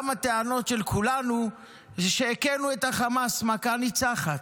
גם הטענות של כולנו זה שהיכינו את החמאס מכה ניצחת.